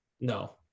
No